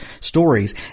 stories